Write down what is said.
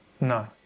No